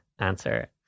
answer